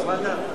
שמעת?